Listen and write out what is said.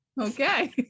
okay